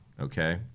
Okay